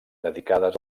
dedicades